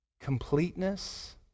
completeness